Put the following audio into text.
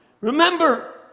Remember